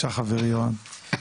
בבקשה חברי אוהד.